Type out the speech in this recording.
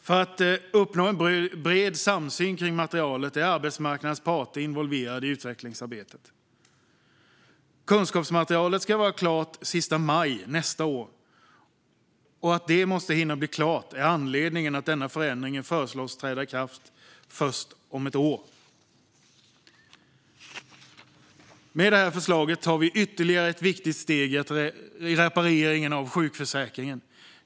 För att uppnå en bred samsyn är arbetsmarknadens parter involverade i arbetet med utvecklingsarbetet. Kunskapsmaterialet ska vara klart den 31 maj nästa år. Att det måste hinna bli klart är anledningen till att denna förändring föreslås träda i kraft först om ett år. Med det här förslaget tar vi ytterligare ett viktigt steg i repareringen av sjukförsäkringen.